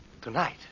Tonight